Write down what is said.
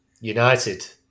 United